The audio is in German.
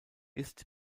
ist